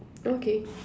okay